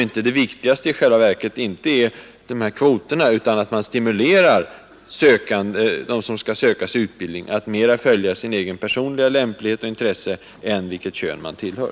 Det viktigaste är inte kvoterna utan att man stimulerar dem, som skall skaffa sig en utbildning, att mera följa sin personliga lämplighet och sina egna intressen än det kön de tillhör.